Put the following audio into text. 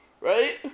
right